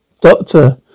Doctor